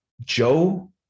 Joe